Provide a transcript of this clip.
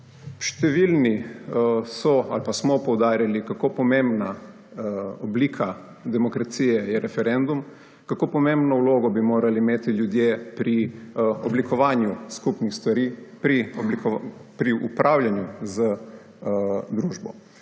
Številni so ali pa smo poudarjali kako pomembna oblika demokracije je referendum, kako pomembno vlogo bi morali imeti ljudje pri oblikovanju skupnih stvari, pri upravljanju z družbo.